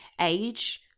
age